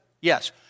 Yes